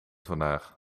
vandaag